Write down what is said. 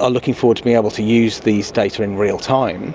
are looking forward to being able to use these data in real time